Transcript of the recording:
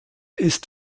ist